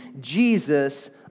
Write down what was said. Jesus